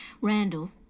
Randall